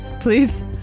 Please